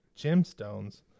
gemstones